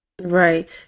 right